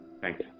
Thanks